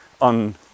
On